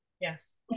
Yes